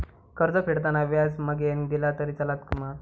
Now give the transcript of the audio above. कर्ज फेडताना व्याज मगेन दिला तरी चलात मा?